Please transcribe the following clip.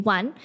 One